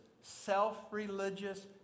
self-religious